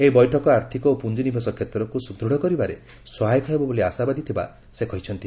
ଏହି ବୈଠକ ଆର୍ଥକ ଓ ପୁଞ୍ଜିନିବେଶ କ୍ଷେତ୍ରକୁ ସୁଦୃଢ଼ କରିବାରେ ସହାୟକ ହେବ ବୋଲି ଆଶାବାଦୀ ଥିବା ସେ କହିଛନ୍ତି